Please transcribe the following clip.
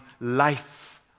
life